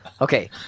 Okay